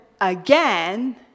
again